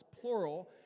plural